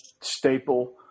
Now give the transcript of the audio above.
staple –